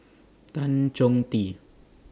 Tan Chong Tee